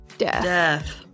Death